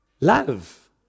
Love